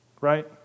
right